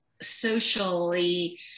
socially